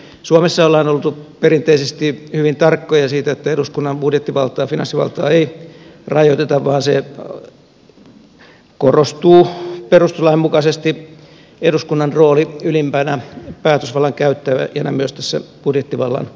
suomessa on oltu perinteisesti hyvin tarkkoja siitä että eduskunnan budjettivaltaa finanssivaltaa ei rajoiteta vaan perustuslain mukaisesti eduskunnan rooli korostuu ylimpänä päätösvallan käyttäjänä myös tässä budjettivallan osuudessa